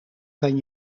kan